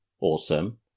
Awesome